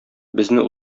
безне